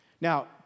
Now